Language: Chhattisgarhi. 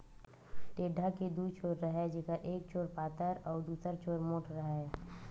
टेंड़ा के दू छोर राहय जेखर एक छोर पातर अउ दूसर छोर मोंठ राहय